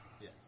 Yes